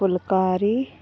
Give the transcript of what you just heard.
phulkari